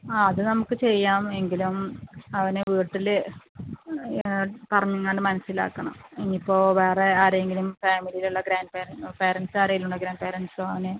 ആ അത് നമുക്ക് ചെയ്യാം എങ്കിലും അവനെ വീട്ടിൽ പറഞ്ഞ് എങ്ങാണ്ട് മനസ്സിലാക്കണം ഇനിയിപ്പോൾ വേറെ ആരെയെങ്കിലും ഫാമിലിയിലുള്ള ഗ്രാൻഡ് പേരൻസ് പേരൻസാരേലും ഉണ്ടോ ഗ്രാൻഡ് പെരൻസോ അങ്ങനെ